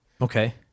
Okay